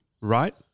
right